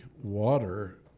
water